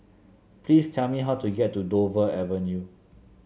please tell me how to get to Dover Avenue